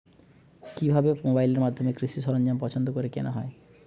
কিভাবে মোবাইলের মাধ্যমে কৃষি সরঞ্জাম পছন্দ করে কেনা হয়?